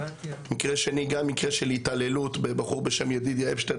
מקרה שני גם מקרה של התעללות בבחור בשם ידידיה אפשטיין,